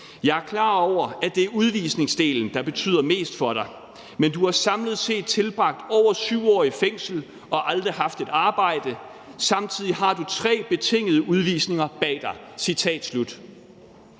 »Jeg er klar over, at det nok er udvisningsdelen, der betyder mest for dig ... Men du har samlet tilbragt over syv år i fængsel og aldrig haft et arbejde. Samtidig har du tre betingede udvisninger bag dig.«